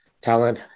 talent